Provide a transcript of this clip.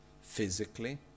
physically